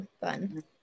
Fun